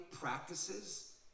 practices